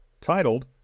titled